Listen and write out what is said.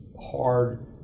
hard